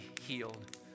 healed